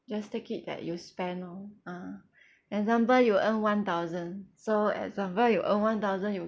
just take it that you spend orh ah example you earn one thousand so example you earn one thousand you